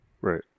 Right